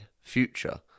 future